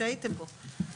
שהייתם בו.